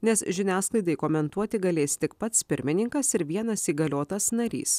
nes žiniasklaidai komentuoti galės tik pats pirmininkas ir vienas įgaliotas narys